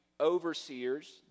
overseers